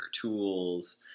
tools